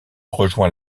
rejoint